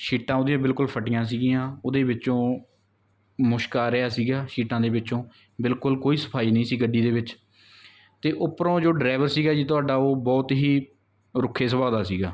ਸ਼ੀਟਾਂ ਉਹਦੀਆਂ ਬਿਲਕੁਲ ਫਟੀਆਂ ਸੀਗੀਆਂ ਉਹਦੇ ਵਿੱਚੋਂ ਮੁਸ਼ਕ ਆ ਰਿਹਾ ਸੀਗਾ ਸ਼ੀਟਾਂ ਦੇ ਵਿੱਚੋਂ ਬਿਲਕੁਲ ਕੋਈ ਸਫਾਈ ਨਹੀਂ ਸੀ ਗੱਡੀ ਦੇ ਵਿੱਚ ਅਤੇ ਉੱਪਰੋਂ ਜੋ ਡਰਾਈਵਰ ਸੀਗਾ ਜੀ ਤੁਹਾਡਾ ਉਹ ਬਹੁਤ ਹੀ ਰੁੱਖੇ ਸੁਭਾਅ ਦਾ ਸੀਗਾ